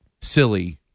silly